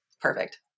perfect